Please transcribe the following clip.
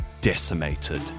decimated